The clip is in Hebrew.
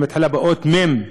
שמתחילה באות מ"ם.